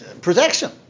protection